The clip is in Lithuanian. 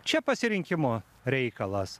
čia pasirinkimo reikalas